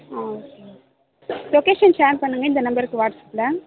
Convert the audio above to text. ஆ ஓகேங்க location share பண்ணுங்கள் இந்த நம்பருக்கு வாட்ஸ்அப்பில்